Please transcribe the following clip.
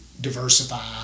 diversify